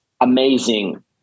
amazing